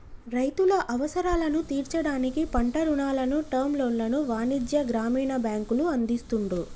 రైతుల అవసరాలను తీర్చడానికి పంట రుణాలను, టర్మ్ లోన్లను వాణిజ్య, గ్రామీణ బ్యాంకులు అందిస్తున్రు